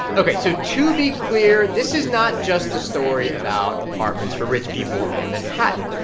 ok, so to be clear, this is not just a story about apartments for rich people in manhattan.